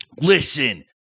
Listen